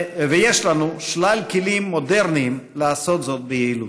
ויש לנו שלל כלים מודרניים לעשות זאת ביעילות.